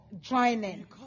joining